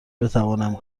بتوانم